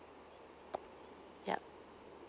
yup